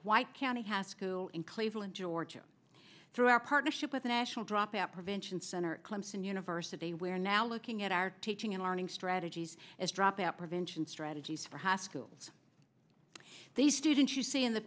white county has school in cleveland georgia through our partnership with the national dropout prevention center clemson university we're now looking at our teaching and learning strategies as dropout prevention strategies for high schools these students you see in the